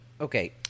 Okay